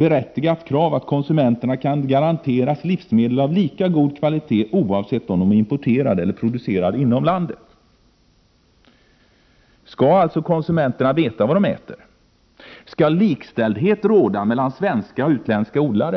berättigat krav att konsumenterna kan garanteras livsmedel av lika god kvalitet oavsett om de är importerade eller producerade inom landet.” Skall alltså konsumenterna veta vad de äter? Skall likställdhet råda mellan svenska och utländska odlare?